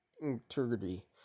integrity